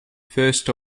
first